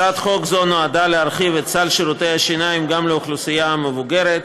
הצעת חוק זו נועדה להרחיב את סל שירותי השיניים גם לאוכלוסייה המבוגרת.